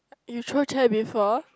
you throw chair before